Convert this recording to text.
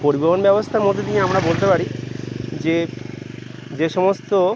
পরিবহন ব্যবস্থার মধ্যে দিয়ে আমরা বলতে পারি যে যে সমস্ত